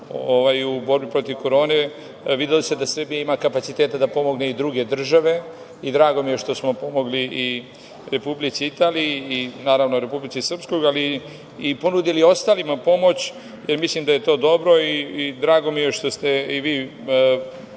u borbi protiv korone, videlo se da Srbija ima kapaciteta da pomogne i druge države. Drago mi je što smo pomogli i Republici Italiji i naravno Republici Srpskoj, ali i ponudili ostalima pomoć, jer mislim da je to dobro. Drago mi je što ste i vi, poštovana